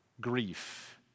grief